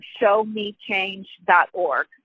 showmechange.org